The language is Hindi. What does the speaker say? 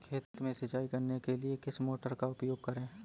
खेत में सिंचाई करने के लिए किस मोटर का उपयोग करें?